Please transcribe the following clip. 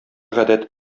гадәт